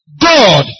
God